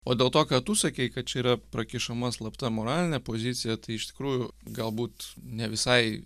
o dėl to ką tu sakei kad čia yra prakišama slapta moralinė pozicija tai iš tikrųjų galbūt ne visai